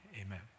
Amen